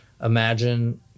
imagine